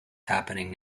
happening